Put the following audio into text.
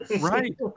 Right